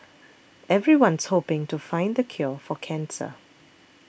everyone's hoping to find the cure for cancer